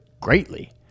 greatly